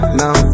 now